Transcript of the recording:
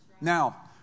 Now